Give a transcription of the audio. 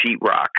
sheetrock